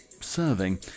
serving